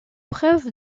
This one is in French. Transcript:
preuve